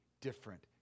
different